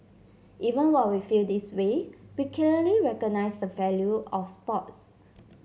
even while we feel this way we clearly recognise the value of sports